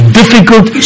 difficult